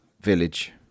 village